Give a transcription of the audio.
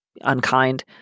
unkind